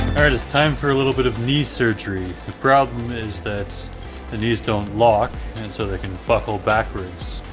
alright so its time for a little bit of knee surgery the problem is that the knees don't lock and so they can buckle backwards.